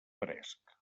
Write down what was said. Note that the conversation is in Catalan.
fresc